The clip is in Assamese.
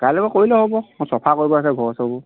কাইলেৰ পৰা কৰিলেও হ'ব চফা কৰিব লাগে ঘৰ চৰবোৰ হব